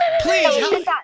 Please